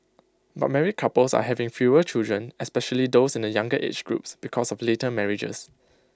but married couples are having fewer children especially those in the younger age groups because of later marriages